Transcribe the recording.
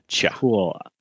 Cool